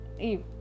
Eve